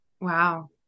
Wow